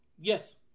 Yes